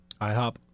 IHOP